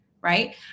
Right